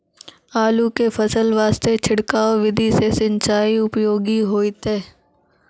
आलू के फसल वास्ते छिड़काव विधि से सिंचाई उपयोगी होइतै?